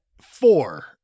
four